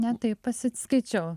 ne taip pasiskaičiau